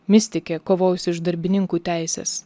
mistikė kovojusi už darbininkų teises